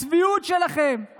הצביעות שלכם,